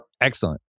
Excellent